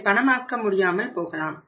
அதை பணமாக்க முடியாமல் போகலாம்